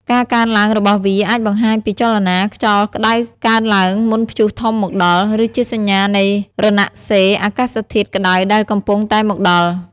ការកើនឡើងរបស់វាអាចបង្ហាញពីចលនាខ្យល់ក្តៅកើនឡើងមុនព្យុះធំមកដល់ ឬជាសញ្ញានៃរណសិរ្សអាកាសធាតុក្តៅដែលកំពុងតែមកដល់។